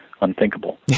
Unthinkable